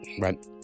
Right